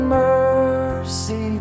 mercy